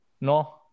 No